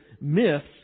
myths